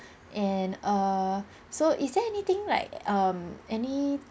and err so is there anything like um any